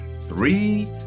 three